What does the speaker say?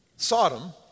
Sodom